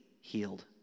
healed